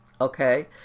Okay